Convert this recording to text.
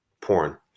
porn